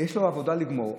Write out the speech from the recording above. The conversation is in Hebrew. יש לו עבודה לגמור.